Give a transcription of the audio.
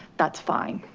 that's fine.